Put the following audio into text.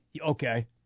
Okay